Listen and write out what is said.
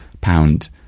pound